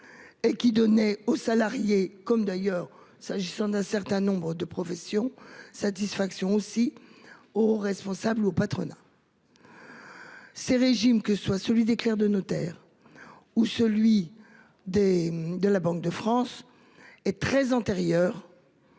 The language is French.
et qui donnent satisfaction aux salariés comme d'ailleurs, dans un certain nombre de professions, aux hauts responsables et au patronat. Ces régimes, que ce soit celui des clercs de notaires ou celui de la Banque de France, sont très antérieurs